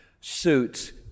suits